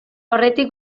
aurretik